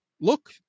Look